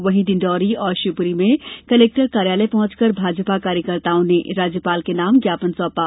वहीं डिण्डौरी और शिवपुरी में कलेक्टर कार्यालय पहुंचकर भाजपा कार्यकर्ताओं ने राज्यपाल के नाम ज्ञापन सौंपा